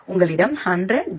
உங்களிடம் 100 ஜி